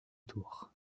tour